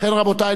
ובכן רבותי,